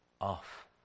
off